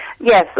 Yes